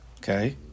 Okay